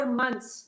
months